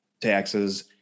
taxes